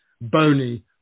bony